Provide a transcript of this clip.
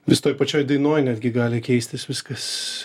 vis toj pačioj dainoj netgi gali keistis viskas